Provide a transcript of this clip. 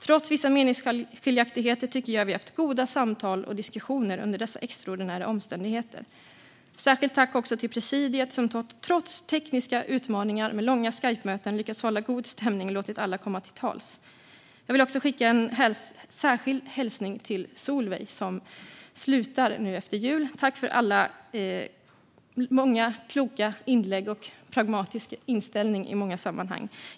Trots vissa meningsskiljaktigheter tycker jag att vi har haft goda samtal och diskussioner under dessa extraordinära omständigheter. Jag vill också rikta ett särskilt tack till presidiet som trots tekniska utmaningar med långa Skypemöten har lyckats hålla en god stämning och låtit alla komma till tals. Jag vill skicka en särskild hälsning till Solveig som slutar nu efter jul. Tack för dina många kloka inlägg och din pragmatiska inställning i många sammanhang!